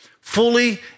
Fully